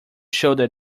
showed